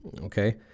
Okay